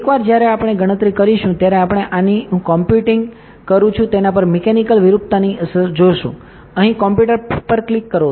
એકવાર જ્યારે આપણે ગણતરી કરીશું ત્યારે આપણે આની હું કોમ્પ્યુટિંગ કરું છું તેના પર મિકેનિકલ વિરૂપતાની અસર જોશું અહીં કમ્પ્યુટ પર ક્લિક કરો